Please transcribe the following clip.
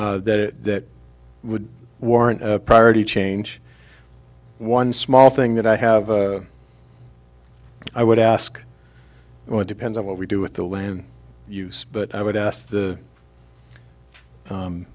that would warrant a priority change one small thing that i have i would ask well it depends on what we do with the land use but i would ask the